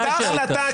הייתה החלטה,